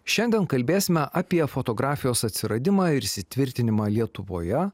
šiandien kalbėsime apie fotografijos atsiradimą ir įsitvirtinimą lietuvoje